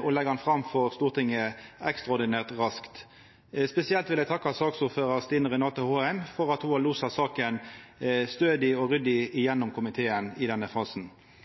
og leggja ho fram for Stortinget ekstraordinært raskt. Spesielt vil eg takka saksordføraren, Stine Renate Håheim, for at ho har losa saka stødig og ryddig igjennom i komiteen i denne fasen.